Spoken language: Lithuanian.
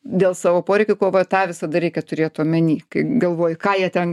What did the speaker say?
dėl savo poreikių kovoja tą visada reikia turėti omeny kai galvoji ką jie ten